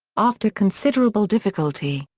after considerable difficulty,